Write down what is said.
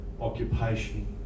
occupation